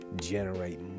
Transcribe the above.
generate